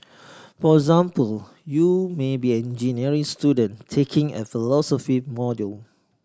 for example you may be an engineering student taking a philosophy module